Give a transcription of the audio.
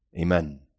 Amen